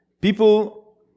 people